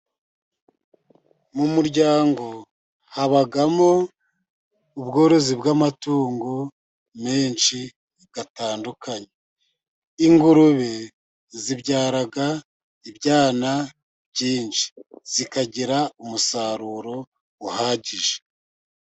Mu muryango, habamo ubworozi bw'amatungo menshi atandukanye, ingurube zibyara ibyana byinshi zikagira umusaruro uhagije.